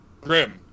Grim